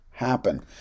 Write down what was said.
happen